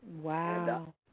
wow